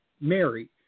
Mary